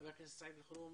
חבר הכנסת סעיד אלחרומי,